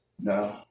no